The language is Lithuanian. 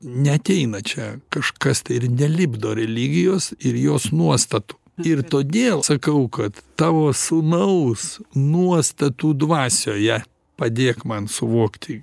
neateina čia kažkas tai ir nelipdo religijos ir jos nuostatų ir todėl sakau kad tavo sūnaus nuostatų dvasioje padėk man suvokti